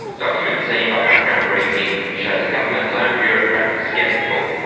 documents seen by background briefing show the government's own bureaucrats were sceptical,